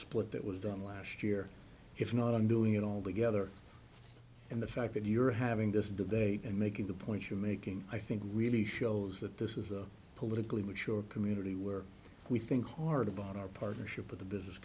split that was done last year if not i'm doing it all together and the fact that you're having this debate and making the point you're making i think really shows that this is a politically mature community where we think hard about our partnership with the business